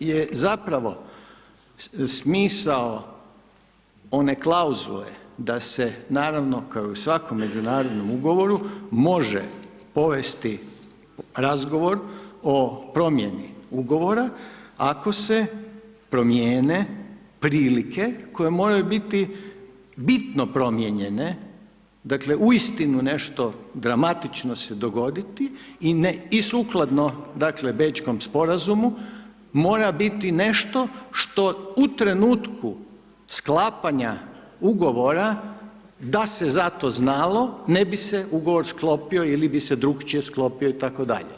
je zapravo smisao one klauzule da se naravno kao i u svakom međunarodnom ugovoru može povesti razgovor o promjeni ugovora ako se promijene prilike koje moraju biti bitno promijenjene, dakle uistinu nešto dramatično se dogoditi i ne, i sukladno dakle Bečkom sporazumu, mora biti nešto što u trenutku sklapanja ugovora da se za to znalo ne bi se ugovor sklopio ili bi se drukčije sklopio itd.